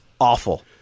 awful